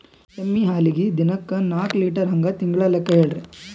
ಎಮ್ಮಿ ಹಾಲಿಗಿ ದಿನಕ್ಕ ನಾಕ ಲೀಟರ್ ಹಂಗ ತಿಂಗಳ ಲೆಕ್ಕ ಹೇಳ್ರಿ?